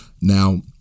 Now